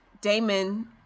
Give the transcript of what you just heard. damon